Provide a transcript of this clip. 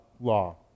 law